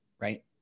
right